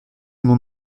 mon